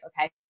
okay